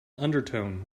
undertone